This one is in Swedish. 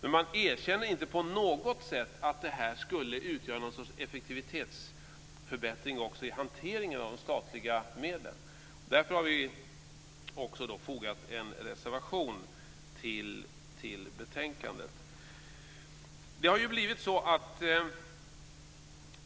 Inte på något sätt erkänner man att det här skulle utgöra någon sorts effektivitetsförbättring också i hanteringen av de statliga medlen. Mot den bakgrunden har vi en reservation i betänkandet.